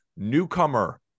Newcomer